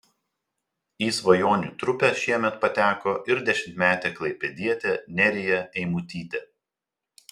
į svajonių trupę šiemet pateko ir dešimtmetė klaipėdietė nerija eimutytė